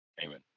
Amen